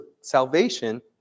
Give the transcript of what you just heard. salvation